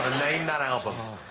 name that album.